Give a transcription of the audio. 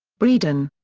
breedon.